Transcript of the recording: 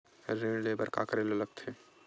ऋण ले बर का करे ला लगथे?